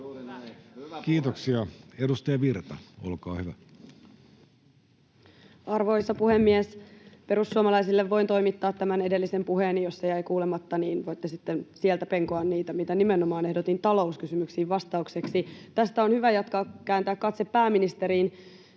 Kiitoksia. — Edustaja Virta, olkaa hyvä. Arvoisa puhemies! Perussuomalaisille voin toimittaa tämän edellisen puheeni. Jos se jäi kuulematta, niin voitte sitten sieltä penkoa niitä, mitä ehdotin nimenomaan talouskysymyksiin vastaukseksi. Tästä on hyvä jatkaa ja kääntää katse pääministeriin.